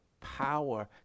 power